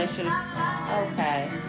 Okay